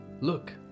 Look